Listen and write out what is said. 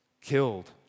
killed